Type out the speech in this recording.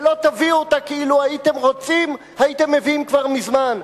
ולא תביאו אותה כי אילו הייתם רוצים הייתם מביאים כבר מזמן,